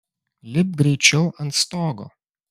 lipk greičiau ant stogo